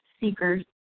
seekers